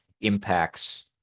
impacts